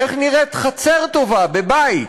איך נראית חצר טובה בבית?